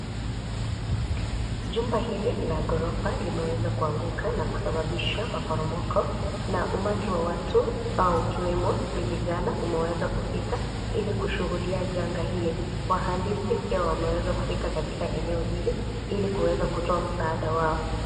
Jumba hili la ghorofa limeweza kuanguka na kusababisha maporomoko na umati wa watu ikiwemo ni vijana umeweza kufika, ili kushuhudia janga hili. Wahandisi pia wameweza kufika katika eneo hili, ili kuweza kutoa msaada wao.